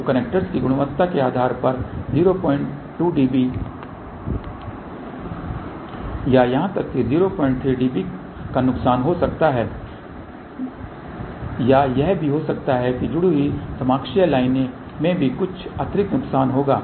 तो कनेक्टर्स की गुणवत्ता के आधार पर 02 dB या यहां तक कि 03 dB का नुकसान हो सकता है या यह भी हो सकता है कि जुड़ी हुई समाक्षीय लाइन्स में भी कुछ अतिरिक्त नुकसान होंगा